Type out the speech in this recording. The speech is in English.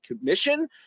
Commission